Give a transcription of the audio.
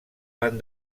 van